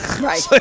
right